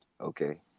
okay